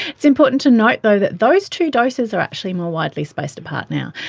it's important to note though that those two doses are actually more widely spaced apart now.